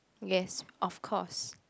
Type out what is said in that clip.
yes of course